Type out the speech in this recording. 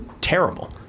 terrible